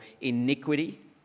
iniquity